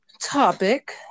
topic